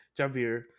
Javier